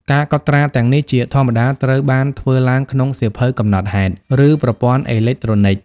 ការកត់ត្រាទាំងនេះជាធម្មតាត្រូវបានធ្វើឡើងក្នុងសៀវភៅកំណត់ហេតុ ឬប្រព័ន្ធអេឡិចត្រូនិក។